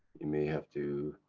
you may have to.